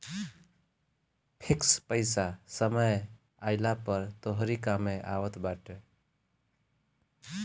fix पईसा समय आईला पअ तोहरी कामे आवत बाटे